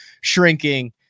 shrinking